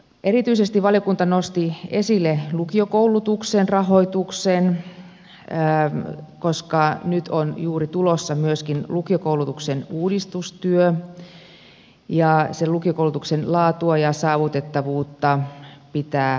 erityisesti valiokunta nosti esille lukiokoulutuksen rahoituksen koska nyt on juuri tulossa myöskin lukiokoulutuksen uudistustyö ja lukiokoulutuksen laatua ja saavutettavuutta pitää parantaa